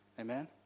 Amen